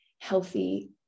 healthy